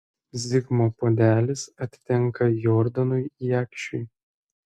zigmo puodelis atitenka jordanui jakšiui